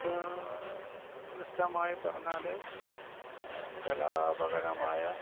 വസ്തു നിഷ്ഠമായി പറഞ്ഞാൽ കലാപകരമായ